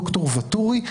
דוקטור וטורי,